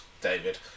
David